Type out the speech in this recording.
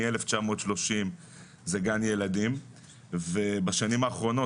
מ-1930 זה גן ילדים ובשנים האחרונות